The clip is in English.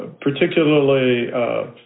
particularly